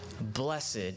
blessed